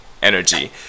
Energy